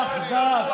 יחדיו,